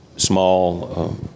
small